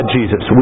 Jesus